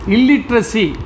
Illiteracy